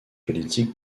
politique